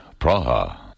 Praha